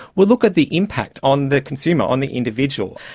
we look at the impact on the consumer, on the individual.